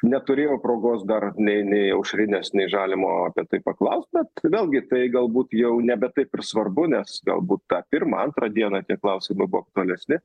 neturėjau progos dar nei nei aušrinės nei žalimo apie tai paklaust bet tai vėlgi tai galbūt jau nebe taip ir svarbu nes galbūt tą pirmą antrą dieną tie klausimai buvo aktualesni